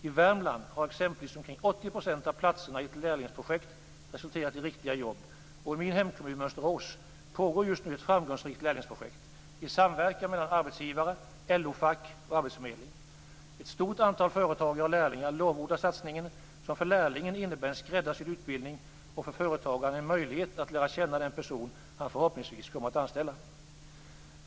I Värmland har exempelvis omkring 80 % av platserna i ett lärlingsprojekt resulterat i riktiga jobb. I min hemkommun Mönsterås pågår just nu ett framgångsrikt lärlingsprojekt i samverkan mellan arbetsgivare, LO-fack och arbetsförmedling. Ett stort antal företagare och lärlingar lovordar satsningen, som för lärlingen innebär en skräddarsydd utbildning och för företagaren en möjlighet att lära känna den person han förhoppningsvis kommer att anställa.